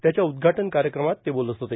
त्याच्या उद्घाटन कार्यक्रमात ते बोलत होते